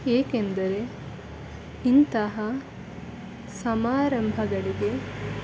ಏಕೆಂದರೆ ಇಂತಹ ಸಮಾರಂಭಗಳಿಗೆ